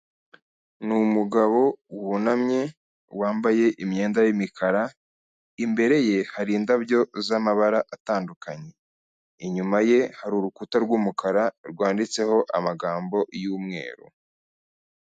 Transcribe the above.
Ni umugabo wunamye wambaye imyenda y'imikara, imbere ye hari indabyo z'amabara atandukanye, inyuma ye hari urukuta rw'umukara rwanditseho amagambo y'umweru.